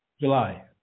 July